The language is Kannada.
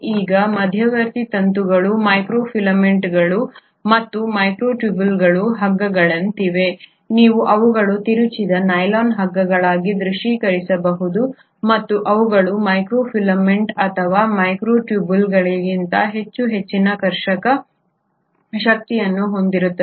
ಈಗ ಮಧ್ಯವರ್ತಿ ತಂತುಗಳು ಮೈಕ್ರೋ ಫಿಲಮೆಂಟ್ಗಳು ಮತ್ತು ಮೈಕ್ರೊಟ್ಯೂಬ್ಯೂಲ್ಗಳು ಹಗ್ಗಗಳಂತಿವೆ ನೀವು ಅವುಗಳನ್ನು ತಿರುಚಿದ ನೈಲಾನ್ ಹಗ್ಗಗಳಾಗಿ ದೃಶ್ಯೀಕರಿಸಬಹುದು ಮತ್ತು ಅವುಗಳು ಮೈಕ್ರೊಫಿಲಮೆಂಟ್ಸ್ ಅಥವಾ ಮೈಕ್ರೊಟ್ಯೂಬ್ಯೂಲ್ಗಳಿಗಿಂತ ಹೆಚ್ಚು ಹೆಚ್ಚಿನ ಕರ್ಷಕ ಶಕ್ತಿಯನ್ನು ಹೊಂದಿರುತ್ತವೆ